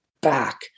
back